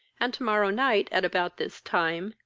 and tomorrow night, at about this time,